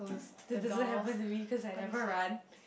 that doesn't happen to me since I never run